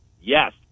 Yes